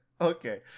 Okay